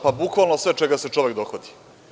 Pa bukvalno sve čega se čovek dohvati.